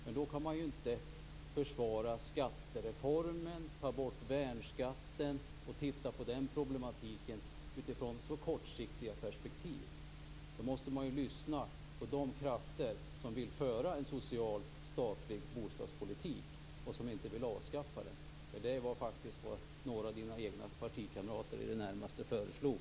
Men då kan man inte försvara skattereformen, ta bort värnskatten och titta på den problematiken utifrån så kortsiktiga perspektiv. Då måste man lyssna på de krafter som vill föra en social och statlig bostadspolitik och inte på dem som vill avskaffa den. Det var vad några av Helena Frisks partikamrater i det närmaste föreslog.